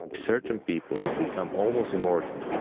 like certain people have become almost immortal.